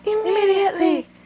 immediately